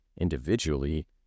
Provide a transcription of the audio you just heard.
individually